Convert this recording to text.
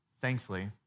Thankfully